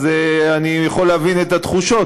אז אני יכול להבין את התחושות,